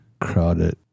crowded